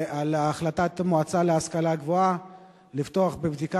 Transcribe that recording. ועל החלטת המועצה להשכלה גבוהה לפתוח בבדיקה